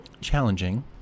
challenging